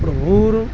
প্ৰভুৰ